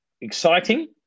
exciting